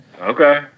Okay